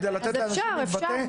כדי לתת לאנשים להתבטא.